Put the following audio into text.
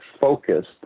focused